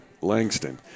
Langston